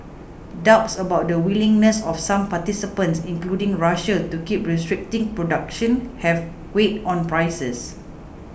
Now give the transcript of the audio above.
doubts about the willingness of some participants including Russia to keep restricting production have weighed on prices